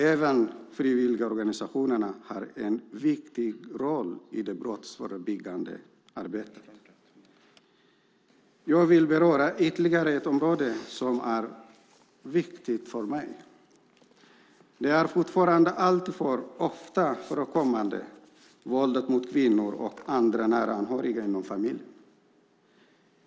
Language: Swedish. Även frivilligorganisationerna har en viktig roll i det brottsförebyggande arbetet. Jag vill beröra ytterligare ett område som är viktigt för mig. Våldet mot kvinnor och andra nära anhöriga inom familjen är fortfarande alltför ofta förekommande.